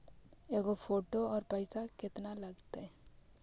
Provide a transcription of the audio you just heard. के गो फोटो औ पैसा केतना लगतै?